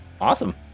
Awesome